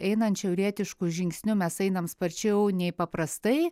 einant šiaurietišku žingsniu mes einam sparčiau nei paprastai